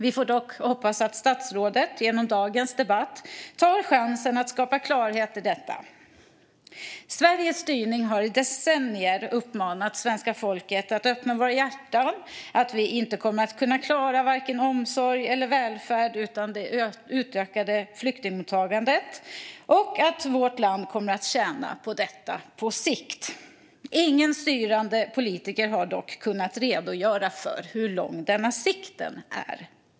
Vi får dock hoppas att statsrådet genom dagens debatt tar chansen att skapa klarhet i detta. Sveriges styre har i decennier uppmanat svenska folket att öppna våra hjärtan och sagt att vi inte kommer att kunna klara vare sig omsorg eller välfärd utan det utökade flyktingmottagandet. Man har också sagt att vårt land kommer att tjäna på detta på sikt. Ingen styrande politiker har dock kunnat redogöra för hur lång denna sikt är.